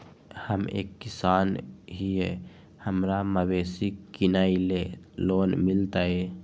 हम एक किसान हिए हमरा मवेसी किनैले लोन मिलतै?